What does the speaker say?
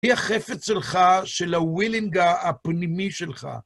היא החפץ שלך, של הווילינג הפנימי שלך.